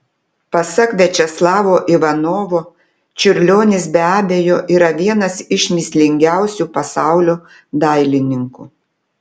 pasak viačeslavo ivanovo čiurlionis be abejo yra vienas iš mįslingiausių pasaulio dailininkų